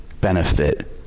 benefit